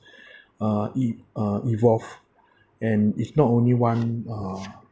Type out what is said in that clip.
uh e~ uh evolve and it's not only one uh